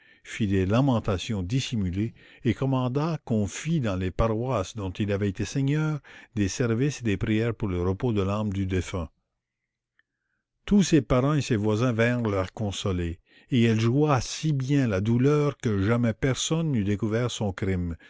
des lamentations dissimulées et commanda qu'on fit dans les paroisses dont il avait été seigneur des services et des prières pour le repos de l'âme du défunt tous ses parens et ses voisins vinrent la consoler et elle joua si bien la douleur que jamais personne n'eût découvert son crime